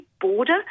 border